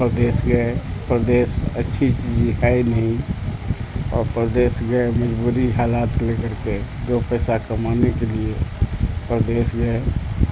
پردیس گئے پردیس اچھی چیز ہے نہیں اور پردیس گئے مجبوری حالات لے کر کے دو پیسہ کمانے کے لیے پردیس گئے